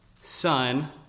Son